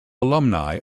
alumni